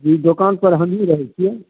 जी दोकान पर हमही रहै छियै